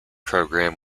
program